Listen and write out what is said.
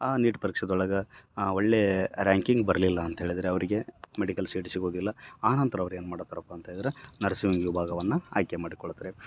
ಆ ನೀಟ್ ಪರೀಕ್ಷದೊಳಗಾ ಒಳ್ಳೆಯ ರ್ಯಾಂಕಿಂಗ್ ಬರಲಿಲ್ಲ ಅಂತೇಳಿದರೆ ಅವರಿಗೆ ಮೆಡಿಕಲ್ ಸೀಟ್ ಸಿಗೋದಿಲ್ಲ ಆ ನಂತರ ಅವ್ರು ಏನು ಮಾಡತಾರಪ್ಪ ಅಂತೇಳಿದರೆ ನರ್ಸಿಂಗ್ ವಿಭಾಗವನ್ನ ಆಯ್ಕೆ ಮಾಡಿಕೊಳ್ತಾರೆ